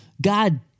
God